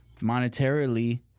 monetarily